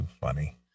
funny